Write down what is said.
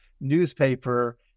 newspaper